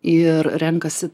ir renkasi